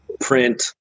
print